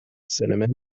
cinnamon